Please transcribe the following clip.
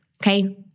okay